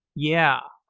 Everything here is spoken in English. yeah.